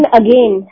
again